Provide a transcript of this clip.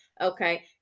okay